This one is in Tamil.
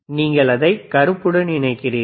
நீங்கள் அதை கருப்புடன் இணைக்கிறீர்கள்